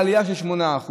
בעלייה של 8%?